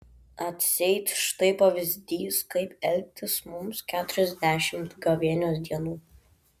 atseit štai pavyzdys kaip elgtis mums keturiasdešimt gavėnios dienų